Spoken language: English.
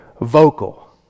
vocal